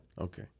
Okay